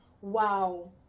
wow